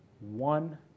one